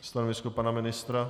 Stanovisko pana ministra?